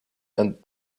and